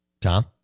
Tom